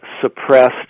suppressed